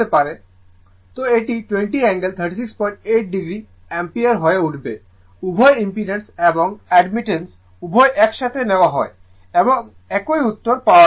সুতরাং এটি 20 angle 368o ampere হয়ে উঠবে উভয় ইম্পিডেন্স এবং অ্যাডমিটেন্স উভয়ই একসাথে নেওয়া হয় এবং একই উত্তর পাওয়া যায়